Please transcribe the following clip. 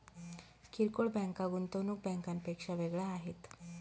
किरकोळ बँका गुंतवणूक बँकांपेक्षा वेगळ्या आहेत